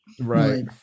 Right